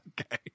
Okay